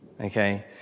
okay